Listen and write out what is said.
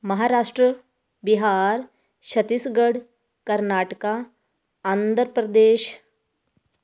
Maharashtra Bihar Chhattisgarh Karnataka Andhra Pradesh